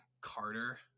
Carter